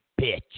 bitch